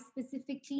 specifically